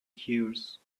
gears